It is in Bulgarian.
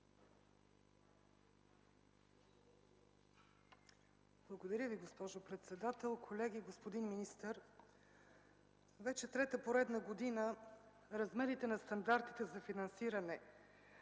Благодаря Ви, госпожо председател. Колеги, господин министър! Вече трета поредна година размерите на стандартите за финансиране